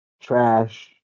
Trash